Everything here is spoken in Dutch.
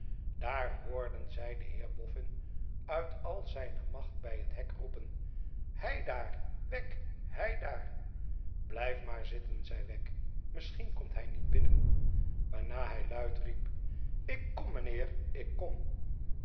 daar hoorden zij den heer boffin uit al zijne macht bij het hek roepen heidaar i wegg heidaar bujf maar zitten zei wegg t misschien komt hij niet binnen waarna iiij luid riep tik kom mijnheer ik kom